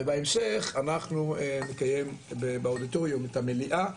ובהמשך אנחנו נקיים באודיטוריום את המליאה,